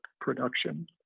production